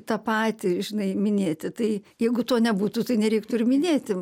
tą patį žinai minėti tai jeigu to nebūtų tai nereiktų ir minėti